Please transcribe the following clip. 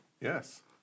Yes